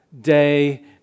day